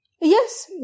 Yes